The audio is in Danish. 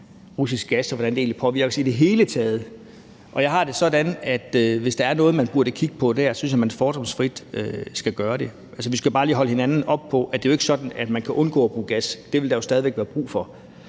russisk gas, og hvordan det i det hele taget påvirker os. Og jeg har det sådan, at hvis der er noget, man burde kigge på der, så synes jeg, man fordomsfrit skal gøre det. Vi skal bare lige holde hinanden op på, at det jo ikke er sådan, at man kan undgå at bruge gas – det vil der jo stadig væk være brug for.